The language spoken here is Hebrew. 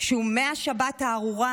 שהוא מהשבת הארורה.